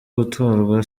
gutorwa